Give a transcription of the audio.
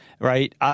Right